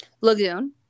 Lagoon